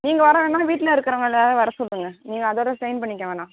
நீங்கள் வரலைனாலும் வீட்டில் இருக்கிறவங்களயாது வர சொல்லுங்கள் நீங்கள் அதோட ஸ்டெயின் பண்ணிக்க வேணாம்